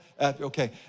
Okay